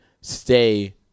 stay